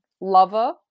lover